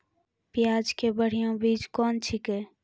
प्याज के बढ़िया बीज कौन छिकै?